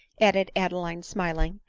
added adeline, smiling,